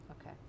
Okay